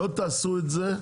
לא תעשו את זה,